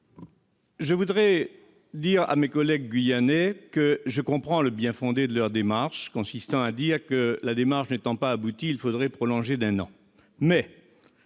Je voudrais faire savoir à mes collègues guyanais que je comprends le bien-fondé de leur approche. Selon eux, la démarche n'étant pas aboutie, il faudrait prolonger d'un an